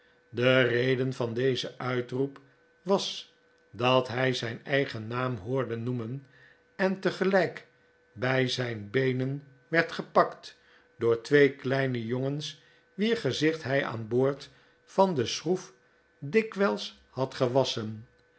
de reden van dezen uitroep was dat hij zijn eigen naam hoorde noemen en tegelijk bij zijn beenen werd gepakt door twee kleine jongens wier gezicht hij aan boord van m de schroef dikwijls had gewasschen